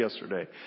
yesterday